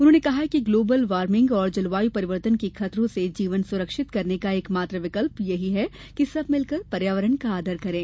उन्होंने कहा कि ग्लोबल वार्मिग और जलवायु परिवर्तन के खतरों से जीवन सुरक्षित करने का एक मात्र विकल्प यही है कि सब मिलकर पर्यावरण का आदर करें